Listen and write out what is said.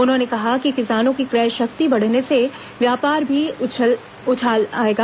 उन्होंने कहा कि किसानों की क्रय शक्ति बढ़ने से व्यापार में भी उछाल आएगा